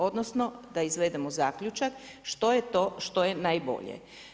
Odnosno, da izvedemo zaključak što je to što je najbolje.